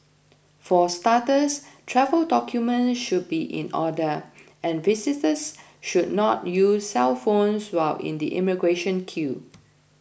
for starters travel documents should be in order and visitors should not use cellphones while in the immigration queue